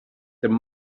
there